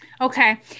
Okay